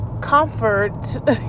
comfort